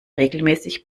regelmäßig